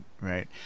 right